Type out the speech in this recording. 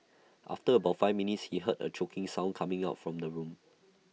after about five minutes he heard A choking sound coming from the room